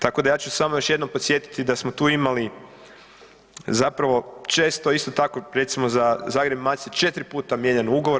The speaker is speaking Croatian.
Tako da ja ću samo još jednom podsjetiti da smo tu imali zapravo često isto tako recimo za Zagreb-Macelj 4 puta mijenjan ugovor.